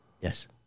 Yes